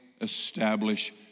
establish